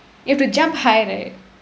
you have to jump high right